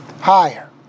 Higher